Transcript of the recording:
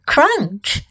Crunch